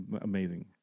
amazing